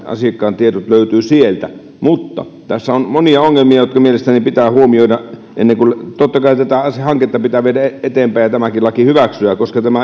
asiakkaan tiedot löytyvät sieltä mutta tässä on monia ongelmia jotka mielestäni pitää huomioida totta kai tätä hanketta pitää viedä eteenpäin ja tämäkin laki hyväksyä koska